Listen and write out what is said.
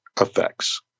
effects